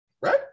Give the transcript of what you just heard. right